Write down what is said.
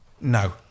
No